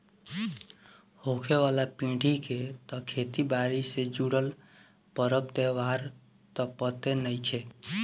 होखे वाला पीढ़ी के त खेती बारी से जुटल परब त्योहार त पते नएखे